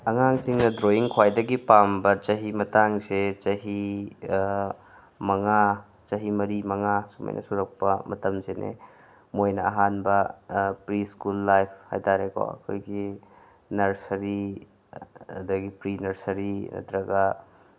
ꯑꯉꯥꯡꯁꯤꯡꯅ ꯗ꯭ꯔꯣꯋꯤꯡ ꯈ꯭ꯋꯥꯏꯗꯒꯤ ꯄꯥꯝꯕ ꯆꯍꯤ ꯃꯇꯥꯡꯁꯦ ꯆꯍꯤ ꯃꯉꯥ ꯆꯍꯤ ꯃꯔꯤ ꯃꯉꯥ ꯁꯨꯃꯥꯏꯅ ꯁꯨꯔꯛꯄ ꯃꯇꯝꯁꯤꯅꯤ ꯃꯣꯏꯅ ꯑꯍꯥꯟꯕ ꯄ꯭ꯔꯤ ꯁ꯭ꯀꯨꯜ ꯂꯥꯏꯐ ꯍꯥꯏ ꯇꯥꯔꯦꯀꯣ ꯑꯩꯈꯣꯏꯒꯤ ꯅꯔꯁꯔꯤ ꯑꯗꯒꯤ ꯄ꯭ꯔꯤ ꯅꯔꯁꯔꯤ ꯅꯠꯇ꯭ꯔꯒ